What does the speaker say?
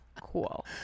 Cool